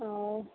अऽ